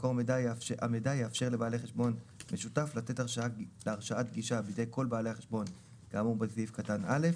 עם מקור המידע כל אחד מבעלי החשבון רשאי לתת הוראות בחשבון ללא צורך